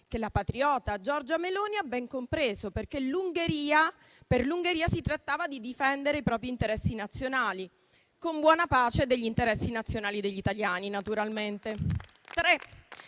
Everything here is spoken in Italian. che la patriota Giorgia Meloni ha ben compreso, perché per l'Ungheria si trattava di difendere i propri interessi nazionali, con buona pace degli interessi nazionali degli italiani, naturalmente.